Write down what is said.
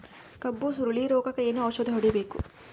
ಕಬ್ಬು ಸುರಳೀರೋಗಕ ಏನು ಔಷಧಿ ಹೋಡಿಬೇಕು?